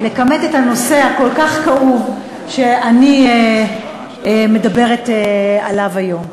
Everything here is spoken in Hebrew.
לכמת את הנושא הכל-כך כאוב שאני מדברת עליו היום,